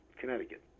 Connecticut